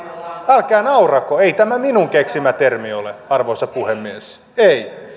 älkää naurako ei tämä minun keksimäni termi ole arvoisa puhemies ei